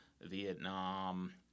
Vietnam